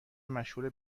مشهور